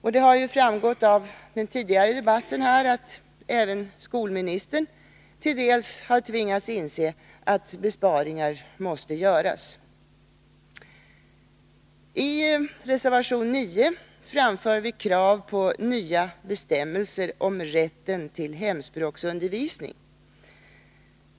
Av den tidigare debatten har redan framgått att även skolministern till dels tvingats inse att besparingar måste göras. I reservation 9 framför vi krav på nya bestämmelser om rätten till hemspråksundervisning.